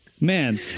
Man